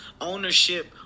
ownership